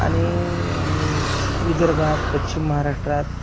आणि विदर्भात पश्चिम महाराष्ट्रात